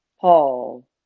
Paul